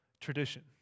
tradition